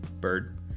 Bird